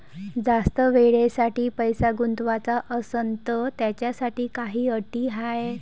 जास्त वेळेसाठी पैसा गुंतवाचा असनं त त्याच्यासाठी काही अटी हाय?